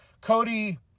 Cody